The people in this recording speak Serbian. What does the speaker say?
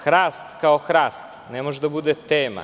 Hrast kao hrast ne može da bude tema.